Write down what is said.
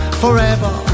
forever